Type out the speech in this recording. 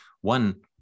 one